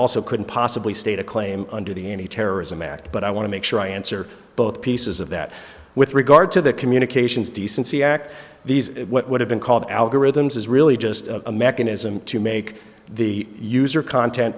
also couldn't possibly state a claim under the any terrorism act but i want to make sure i answer both pieces of that with regard to the communications decency act these what have been called algorithms is really just a mechanism to make the user content